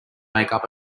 makeup